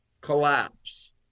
collapse